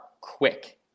quick